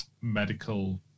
medical